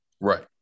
Right